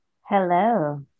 Hello